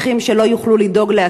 שלא יוכלו לדאוג לעצמם?